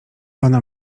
ona